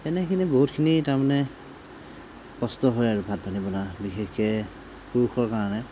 তেনেখিনি বহুতখিনি তাৰমানে কষ্ট হয় আৰু ভাত পানী বনোৱা বিশেষকৈ পুৰুষৰ কাৰণে